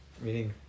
meaning